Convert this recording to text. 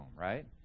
right